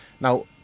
Now